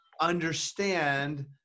understand